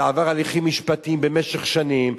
ועבר הליכים משפטיים במשך שנים,